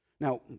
Now